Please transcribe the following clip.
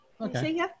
Okay